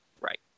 Right